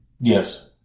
Yes